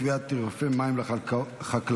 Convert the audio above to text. קביעת תעריפי מים לחקלאות),